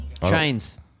chains